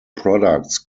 products